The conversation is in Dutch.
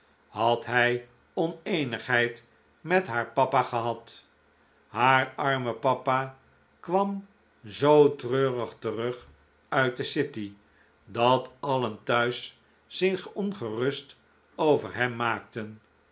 had hij oneenigheid met haar papa gehad haar arme papa kwam zoo treurig terug uit de city dat alien thuis zich ongerust over hem maakten